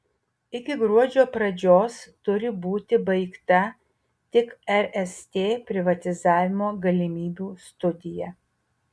iki gruodžio pradžios turi būti baigta tik rst privatizavimo galimybių studija